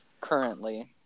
currently